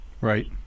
Right